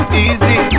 easy